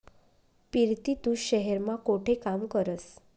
पिरती तू शहेर मा कोठे काम करस?